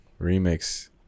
remix